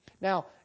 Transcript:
Now